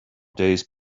days